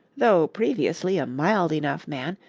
though previously a mild enough man,